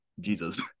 jesus